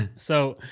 and so.